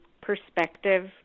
perspective